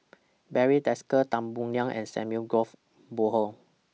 Barry Desker Tan Boo Liat and Samuel Golf Bonham